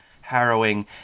harrowing